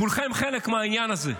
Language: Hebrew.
כולכם חלק מהעניין הזה.